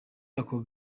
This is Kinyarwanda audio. ako